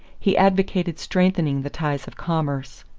he advocated strengthening the ties of commerce.